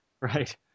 Right